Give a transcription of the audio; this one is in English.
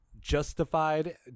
justified